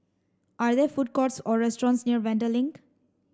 are there food courts or restaurants near Vanda Link